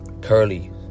curly